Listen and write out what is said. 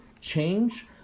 change